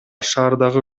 шаардагы